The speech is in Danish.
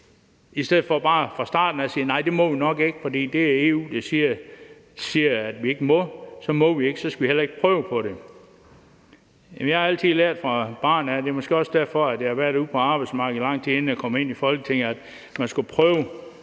i stedet for bare fra starten af at sige: Nej, det må vi nok ikke, fordi når EU siger, at vi ikke må, så må vi ikke, og så skal vi heller ikke prøve på det. Jeg har altid lært fra barn af – det er måske også derfor, jeg har været ude på arbejdsmarkedet i lang tid, inden jeg kom ind i Folketinget – at man skal prøve